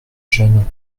jeunes